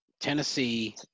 Tennessee